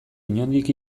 inondik